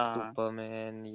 Superman